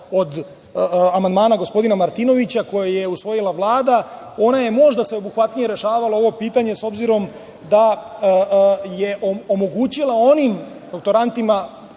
od amandmana gospodina Martinovića koji je usvojila Vlada, ona je možda sveobuhvatnije rešavala ovo pitanje s obzirom da je omogućila onim doktorantima